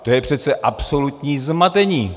To je přece absolutní zmatení.